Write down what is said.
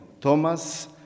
Thomas